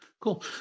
Cool